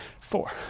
four